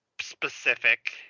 specific